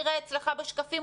תראה אצלך בשקפים,